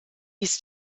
hieß